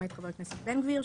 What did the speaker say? למעט חבר הכנסת בן גביר,